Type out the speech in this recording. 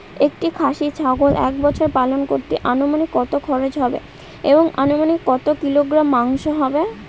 একটি খাসি ছাগল এক বছর পালন করতে অনুমানিক কত খরচ হবে এবং অনুমানিক কত কিলোগ্রাম মাংস হবে?